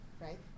right